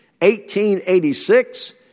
1886